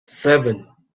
seven